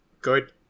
good